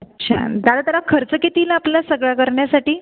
अच्छा अन् दादा त्याला खर्च किती आपला सगळं करण्यासाठी